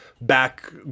back